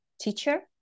teacher